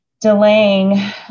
delaying